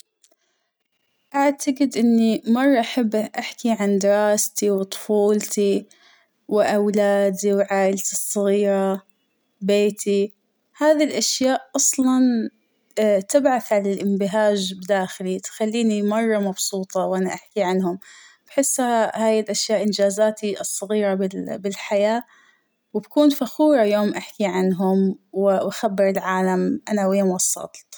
أعتقد إنى مرة أحب أحكى عن دراستى وطفولتى وأولادى وعيلتى الصغيرة بيتى ، هذى الأشياء أصلاً تبعث عن الإنبهاج بداخلى تخلينى مرة مبسوطة وأنا أحكى عنهم ، بحسها هاى الأشياء إنجازاتى الصغيرة بالحياة وبكون فخورة يوم أحكى عنهم ، وأخبر العالم أنا لوين وصلت.